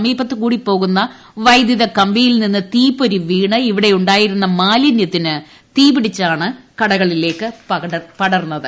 സമീപത്തു കൂടി പോകുന്ന വൈദ്യുത കമ്പിയിൽ നിന്ന് തീപ്പൊരി വീണ് ഇവിടെയുണ്ടായിരുന്ന മാലിന്യത്തിനു തീപിടിച്ചാണ് കടകളിലേക്ക് പടർന്നത്